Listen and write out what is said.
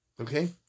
okay